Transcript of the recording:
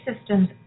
systems